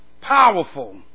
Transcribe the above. Powerful